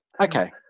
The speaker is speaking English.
okay